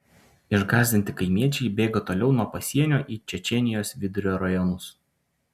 išgąsdinti kaimiečiai bėga toliau nuo pasienio į čečėnijos vidurio rajonus